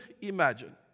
imagine